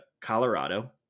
Colorado